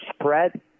spread